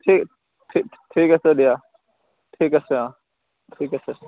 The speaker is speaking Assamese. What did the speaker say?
ঠিক ঠিক ঠিক আছে দিয়া ঠিক আছে অঁ ঠিক আছে